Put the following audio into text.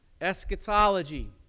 eschatology